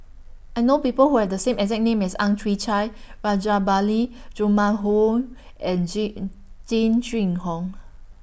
I know People Who Have The same exact name as Ang Chwee Chai Rajabali Jumabhoy and J Jing Jun Hong